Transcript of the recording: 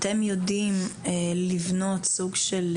אתם יודעים לבנות סוג של,